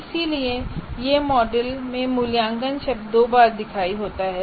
इसलिए इस मॉडल में मूल्यांकन शब्द दो बार दिखाई देता है